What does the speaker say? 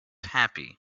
happy